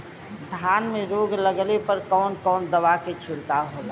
धान में रोग लगले पर कवन कवन दवा के छिड़काव होला?